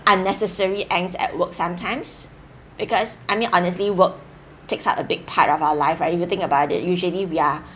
unnecessary angst at work sometimes because I mean honestly work takes up a big part of our life right if you think about it usually we are